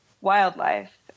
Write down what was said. wildlife